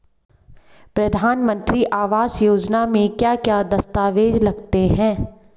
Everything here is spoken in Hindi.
प्रधानमंत्री आवास योजना में क्या क्या दस्तावेज लगते हैं?